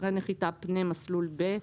אחרי נחיתה(1)פנה מסלול ב-...